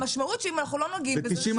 המשמעות היא שאם אנחנו לא נוגעים בזה,